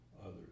others